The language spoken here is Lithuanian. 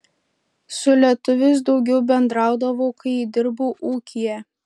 su lietuviais daugiau bendraudavau kai dirbau ūkyje